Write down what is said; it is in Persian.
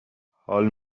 حال